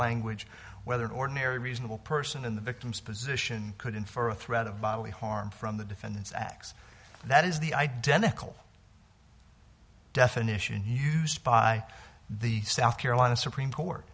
language whether an ordinary reasonable person in the victim's position could in for a threat of bodily harm from the defendant's acts that is the identical definition by the south carolina supreme court